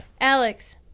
Alex